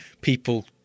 people